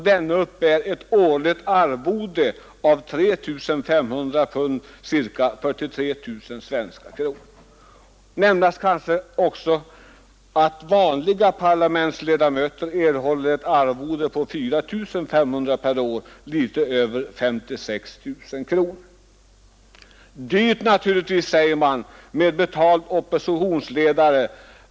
Denna uppbär ett årligt arvode av 3 500 pund, ca 43 000 svenska kronor. Nämnas kan också att vanliga parlamentsledamöter erhåller ett arvode av 4 500 pund per år, litet över 56 000 kronor. Dyrt naturligtvis, säger man, med betald oppositionsledare.